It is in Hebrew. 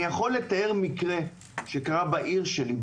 אני יכול לתאר מקרה שקרה בעיר שלי,